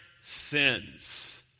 sins